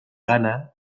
gana